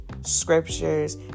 scriptures